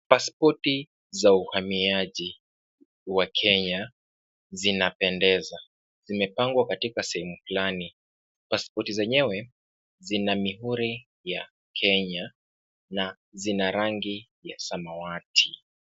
Pasipoti za uhamiaji wa Kenya zinapendeza. Zimepangwa katika sehemu fulani. Pasipoti zenyewe zina mihuri ya Kenya na zina rangi ya samawati.